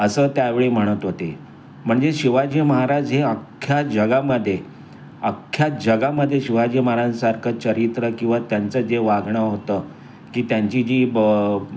असं त्यावेळी म्हणत होते म्हणजे शिवाजी महाराज हे अख्ख्या जगामध्ये अख्ख्या जगामध्ये शिवाजी महाराजांसारखं चरित्र किंवा त्यांचं जे वागणं होतं की त्यांची जी ब